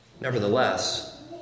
Nevertheless